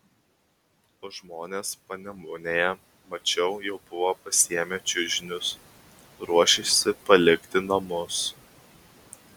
o žmonės panemunėje mačiau jau buvo pasiėmę čiužinius ruošėsi palikti namus